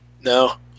No